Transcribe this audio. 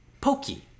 pokey